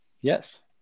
Yes